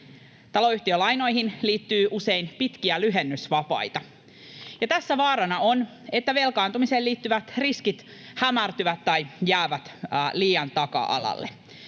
Taloyhtiölainoihin liittyy usein pitkiä lyhennysvapaita, ja tässä vaarana on, että velkaantumiseen liittyvät riskit hämärtyvät tai jäävät liian taka-alalle.